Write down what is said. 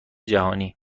جهانی